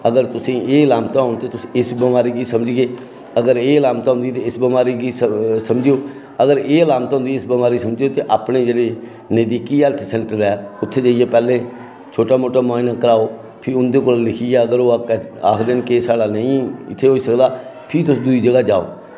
ते अगर तुसें गी एह् लगदा होग कि तुस इस बमारी गी समझगे अगर एह् लामत कि इस बमारी गी समझो अगर एह् लामत होंदी कि इस बमारी गी समझो ते अपने जेह्ड़े नजदीकी हैल्थ सैंटर ऐ उत्थै जाइयै अपने छोटा मोटा मन करै ते उं'दे कोल लिखियै ते अगर ओह् आक्खन नेईं होई सकदा फिर जाओ